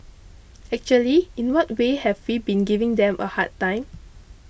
actually in what way have we been giving them a hard time